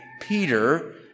Peter